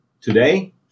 Today